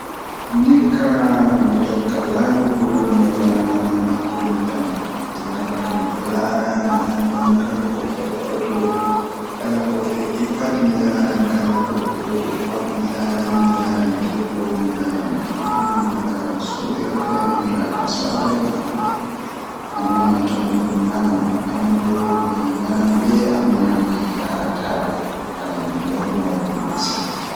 Ndikka mi tokka larugo mi wala nana ngam tomi don laara mi andan kala ko fe'oto kala ko fe'e pat mi laran nden bo mi laaran bikkon am mi laaran sobiraabe am mi laaran saro'en am amma bo to midon nana on tan mi nanan be amma mi laarata be kanjum do nawdum masin